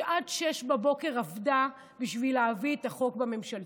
שעד 06:00 עבדה בשביל להביא את החוק בממשלתית.